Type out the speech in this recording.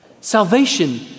Salvation